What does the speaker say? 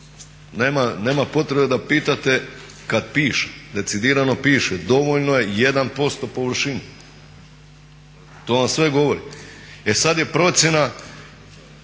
Nema potrebe da pitate kada piše, decidirano piše dovoljno je 1% površine. To vam sve govori. E sada je procjena